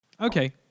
Okay